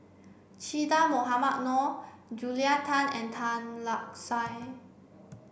Che Dah Mohamed Noor Julia Tan and Tan Lark Sye